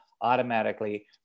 automatically